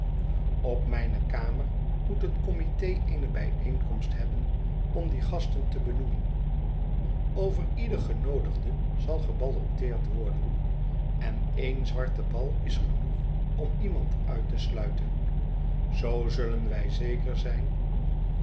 op mijne kamer moet het committe eene bijeenkomst hebben om die gasten te benoemen over ieder genoodigde zal gebalioteerd worden en een zwarte bal is genoeg om iemand uit te sluiten zoo zullen wij zeker zijn